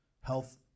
health